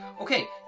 Okay